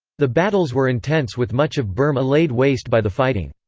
the battles were intense with much of burma laid waste by the fighting.